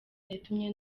yatumye